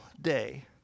day